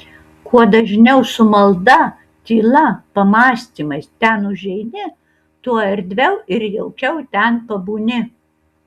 kuo dažniau su malda tyla pamąstymais ten užeini tuo erdviau ir jaukiau ten pabūni